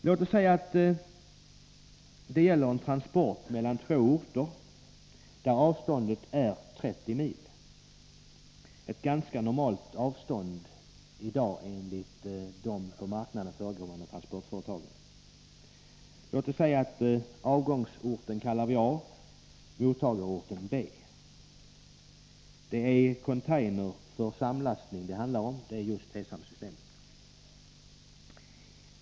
Låt oss säga att det gäller en transport mellan två orter på ett avstånd av 30 mil— ett ganska normalt avstånd i dag, enligt de på marknaden förekommande transportföretagen. Låt oss kalla avgångsorten A och mottagarorten B. Det handlar om containrar för samlastning, dvs. C-samsystemet.